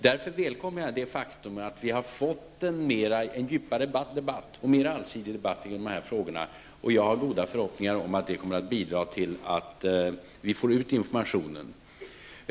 Därför välkomnar jag det faktum att vi har fått en djupare och mera allsidig debatt om dessa frågor. Jag har goda förhoppningar om att detta kommer att bidra till att vi når ut med informationen.